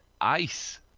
ice